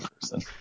person